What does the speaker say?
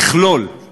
המכלול